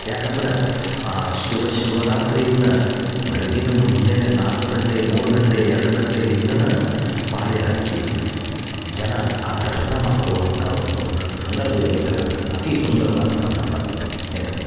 ಯಾಕಂದ್ರೆ ಆ ಶಿವ ಶಿವರಾತ್ರಿನ ಬೆಳಗ್ಗಿನ ಮುಂಜಾನೆ ನಾಲ್ಕು ಗಂಟೆ ಮೂರು ಗಂಟೆ ಎರಡು ಗಂಟೆಲಿಂದನೇ ಪಾಳಿ ಹಚ್ಚಿ ಜನ ಆ ದರ್ಶನ ಮಾಡ್ಕೊಳ್ಳುವಂಥ ಒಂದು ಸಂದರ್ಭ ಏನು ಐತಲ್ಲ ಅತಿ ಸುಂದರವಾದ ಸಂದರ್ಭ ಏನು ರಿ